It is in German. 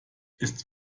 ist